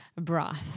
broth